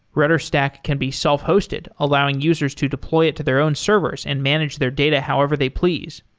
rudderstack can be self-hosted, allowing users to deploy it to their own servers and manage their data however they please.